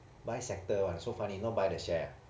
buy sector ah so funny not buy the share ah